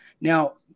Now